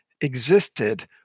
existed